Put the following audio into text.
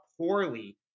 poorly